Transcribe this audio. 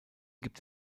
gibt